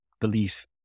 belief